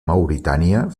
mauritània